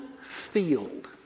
field